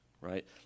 right